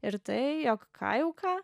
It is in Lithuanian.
ir tai jog ką jau ką